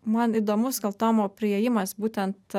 man įdomus gal tomo priėjimas būtent